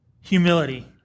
humility